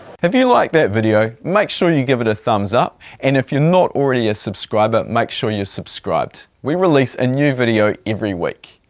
you liked that video make sure you give it a thumbs up and if you're not already a subscriber, make sure you're subscribed. we release a new video every week.